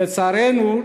לצערנו,